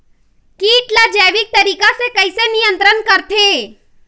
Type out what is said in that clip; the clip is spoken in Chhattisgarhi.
कीट ला जैविक तरीका से कैसे नियंत्रण करथे?